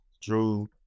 Drew